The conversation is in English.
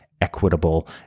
equitable